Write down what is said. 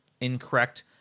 incorrect